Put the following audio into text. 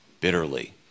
bitterly